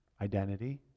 identity